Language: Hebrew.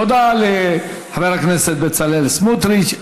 תודה לחבר הכנסת בצלאל סמוטריץ.